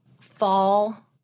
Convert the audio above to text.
Fall